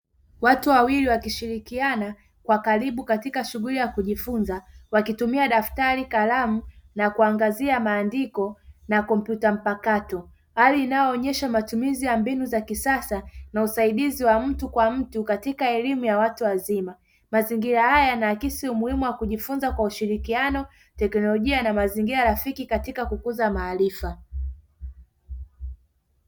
Watu wawili wakishirikiana kwa karibu katika shughuli ya kujifunza, wakitumia: dafatari, kalamu na kuangazia maandiko na kompyuta mpakato; hali inayoonyesha matumizi ya mbinu za kisasa na usaididzi wa mtu kwa mtu katika elimu ya watu wazima. Mazingira haya yanaakisi umuhimu wa kujifunza kwa ushirikiano, teknolojia na mazingira rafiki katika kukuza maarifa.